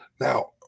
Now